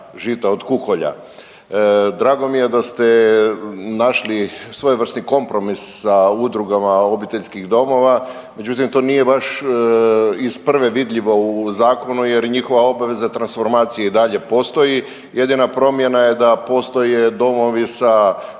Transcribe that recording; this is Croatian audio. od kukolja. Drago mi je da ste našli svojevrsni kompromis sa udrugama obiteljskih domova, međutim to nije baš iz prve vidljivo u zakonu jer njihova obveza transformacije i dalje postoji. Jedina promjena je da postoje domovi sa